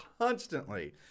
constantly